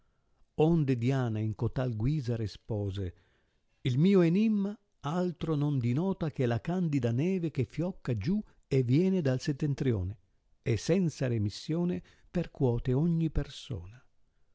onde diana in cotal guisa r espose il mio enimma altro non dinota che la candida neve che fiocca giù e viene dal settentrione e senza remissione percuote ogni persona